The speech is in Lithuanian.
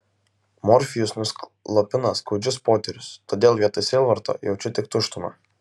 morfijus nuslopina skaudžius potyrius todėl vietoj sielvarto jaučiu tik tuštumą